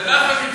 זה לא יפה.